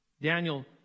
Daniel